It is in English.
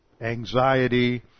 anxiety